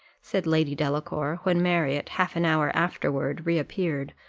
said lady delacour when marriott half an hour afterward reappeared,